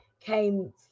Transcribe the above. came